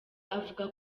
avuga